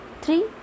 Three